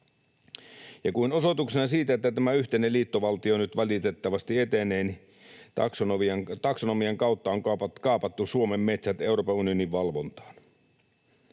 Ja kuin osoituksena siitä, että tämä yhteinen liittovaltio nyt valitettavasti etenee, taksonomian kautta on kaapattu Suomen metsät Euroopan unionin valvontaan.